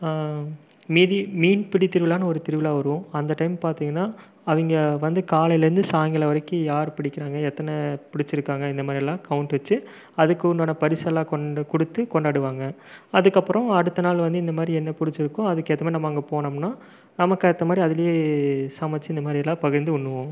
மீதி மீன் பிடி திருவிழான்னு ஒரு திருவிழா வரும் அந்த டைம் பாத்தீங்கன்னா அவங்க வந்து காலையில் இருந்து சாயங்காலம் வரைக்கும் யார் பிடிக்கிறாங்க எத்தனை பிடிச்சிருக்காங்க இந்த மாதிரியெல்லாம் கவுண்ட் வச்சு அதுக்குண்டான பரிசு எல்லாம் கொண்டு கொடுத்து கொண்டாடுவாங்க அதுக்கப்புறம் அடுத்த நாள் வந்து இந்தமாதிரி என்ன பிடிச்சிருக்கோ அதுக்கு ஏற்ற மாதிரி நம்ம அங்கே போனோம்னா நமக்கு ஏற்ற மாதிரி அதிலேயே சமச்சு இந்த மாதிரியெல்லாம் பகிர்ந்து உண்ணுவோம்